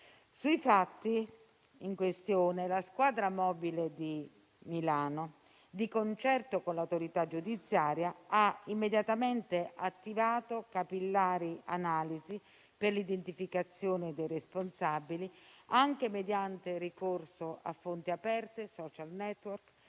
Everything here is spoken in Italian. Sui fatti in questione, la squadra mobile di Milano, di concerto con l'autorità giudiziaria, ha immediatamente attivato capillari analisi per l'identificazione dei responsabili, anche mediante ricorso a fonti aperte e *social network*,